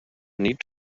need